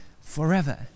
forever